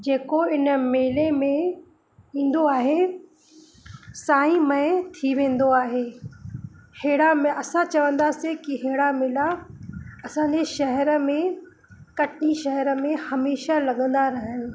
जेको इन मेले में ईंदो आहे साईं मए थी वेंदो आहे हेड़ा असां चवंदासीं कि हेड़ा मेला असांजे शहर में कटनी शहर में हमेशह लॻंदा रहनि